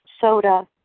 soda